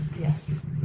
Yes